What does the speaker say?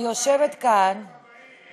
ברוכים הבאים.